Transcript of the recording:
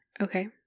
Okay